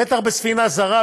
בטח בספינה זרה.